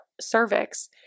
cervix